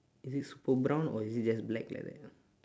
is it super brown or is it just black like that